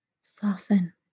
Soften